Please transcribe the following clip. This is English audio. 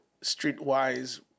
streetwise